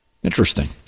Interesting